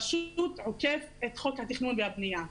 פשוט עוקף את חוק התכנון והבנייה.